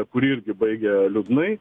kuri irgi baigė liūdnai